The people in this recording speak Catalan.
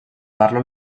parlo